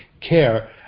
care